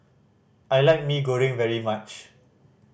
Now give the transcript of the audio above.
I like Mee Goreng very much